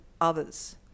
Others